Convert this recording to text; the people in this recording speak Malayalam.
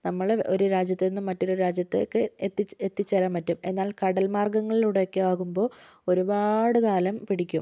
നമ്മൾ ഒരു രാജ്യത്ത് നിന്ന് മറ്റൊരു രാജ്യത്തേക്ക് എത്തിച്ചേര് എത്തിച്ചേരാൻ പറ്റും എന്നാൽ കടൽ മാർഗ്ഗങ്ങളിലൂടെ ഒക്കെ ആകുമ്പോൾ ഒരുപാട് കാലം പിടിക്കും